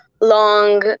long